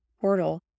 portal